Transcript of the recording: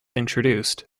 introduced